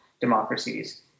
democracies